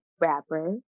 rapper